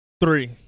Three